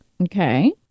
Okay